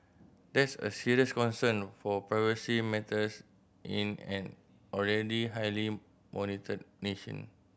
that's a serious concern for privacy matters in an already highly monitored nation